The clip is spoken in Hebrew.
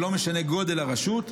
ולא משנה מה גודל הרשות,